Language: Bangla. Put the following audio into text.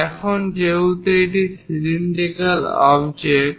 এখন যেহেতু এটি একটি সিলিন্ডিকাল অবজেক্ট